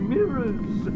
Mirrors